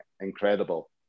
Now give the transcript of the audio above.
incredible